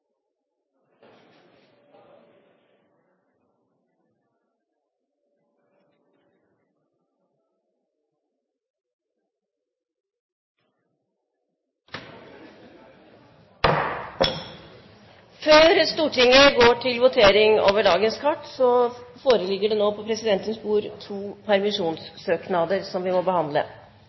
ferdigbehandlet. Før Stortinget går til votering, foreligger det nå på presidentens bord to permisjonssøknader som vi må behandle,